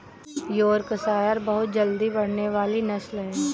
Yorkshire बहुत जल्दी बढ़ने वाली नस्ल है